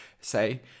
say